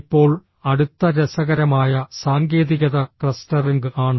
ഇപ്പോൾ അടുത്ത രസകരമായ സാങ്കേതികത ക്ലസ്റ്ററിംഗ് ആണ്